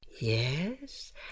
Yes